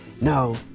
No